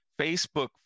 Facebook